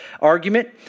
argument